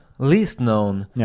least-known